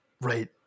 Right